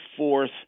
fourth